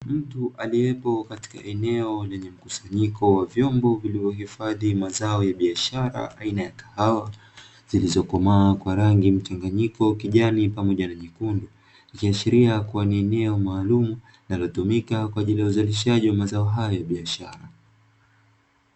Mtu aliyepo katika eneo lenye mkusanyiko wa vyombo vilivyohifadhi mazao ya biashara aina ya kahawa, zilizokomaa kwa rangi mchanganyiko kijani pamoja na nyekundu, ikiashiria kuwa ni eneo maalumu linalotumika kwa ajili ya uzalishaji wa mazao hayo ya biashara.